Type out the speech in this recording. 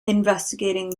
investigating